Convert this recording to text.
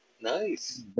Nice